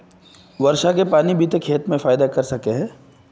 वर्षा के पानी भी ते खेत में फायदा कर सके है?